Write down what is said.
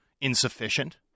insufficient